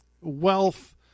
wealth